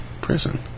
prison